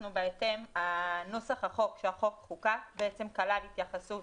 נוסח החוק כשהחוק חוקק כלל התייחסות